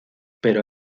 pero